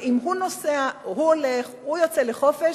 ואם הוא נוסע או הוא הולך או הוא יוצא לחופש,